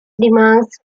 demands